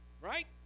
Right